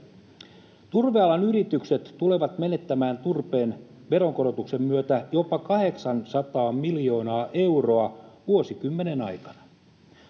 Turvealan yritykset tulevat menettämään turpeen veronkorotuksen myötä jopa 800 miljoonaa euroa vuosikymmenen aikana.